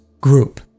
group